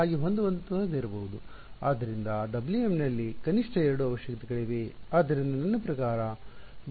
ಆದ್ದರಿಂದ W m ನಲ್ಲಿ ಕನಿಷ್ಠ ಎರಡು ಅವಶ್ಯಕತೆಗಳಿವೆ